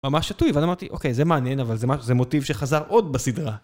ממש שתוי, ואז אמרתי, אוקיי, זה מעניין, אבל זה מוטיב שחזר עוד בסדרה.